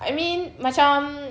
I mean macam